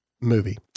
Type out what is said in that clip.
movie